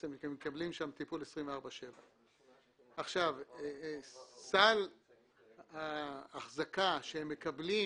הם מקבלים שם טיפול 24/7. סל האחזקה שהם מקבלים,